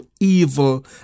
evil